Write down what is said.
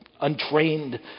untrained